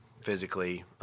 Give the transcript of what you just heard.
physically